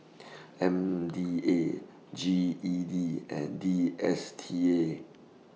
M D A G E D and D S T A